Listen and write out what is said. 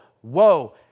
whoa